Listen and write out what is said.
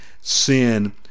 sin